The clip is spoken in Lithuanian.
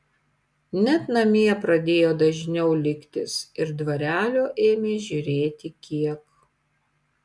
net namie pradėjo dažniau liktis ir dvarelio ėmė žiūrėti kiek